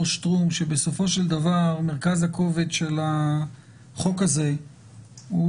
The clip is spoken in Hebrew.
שטרום שבסופו של דבר מרכז הכובד של החוק הזה הוא